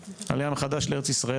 עלייה מחדש לארץ-ישראל,